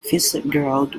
fitzgerald